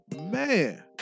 Man